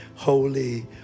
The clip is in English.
Holy